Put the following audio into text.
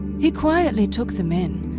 he quietly took them in,